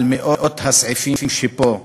על מאות הסעיפים שבו,